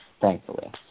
thankfully